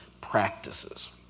practices